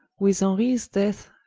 with henries death,